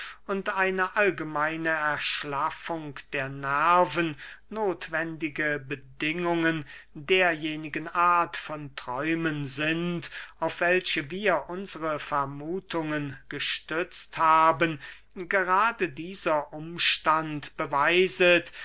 und eine allgemeine erschlaffung der nerven nothwendige bedingungen derjenigen art von träumen sind auf welche wir unsere vermuthungen gestützt haben gerade dieser umstand beweiset